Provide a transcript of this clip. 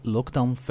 Lockdown